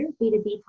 B2B